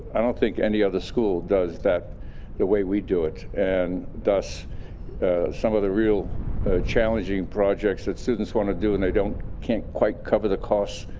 i don't think any other school does that the way we do it. and thus some of the real challenging projects that students want to do and they can't quite cover the costs,